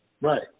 Right